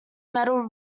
metal